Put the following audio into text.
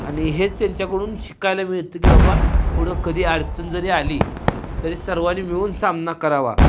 आणि हेच त्यांच्याकडून शिकायला मिळतं की बाबा पुढं कधी अडचण जरी आली तरी सर्वांनी मिळून सामना करावा